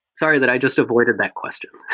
sorry that i just avoided that question